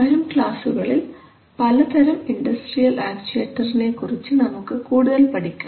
വരും ക്ലാസുകളിൽ പലതരം ഇൻഡസ്ട്രിയൽ ആക്ച്ചുവെറ്ററിനെകുറിച്ച് നമുക്ക് കൂടുതൽ പഠിക്കാം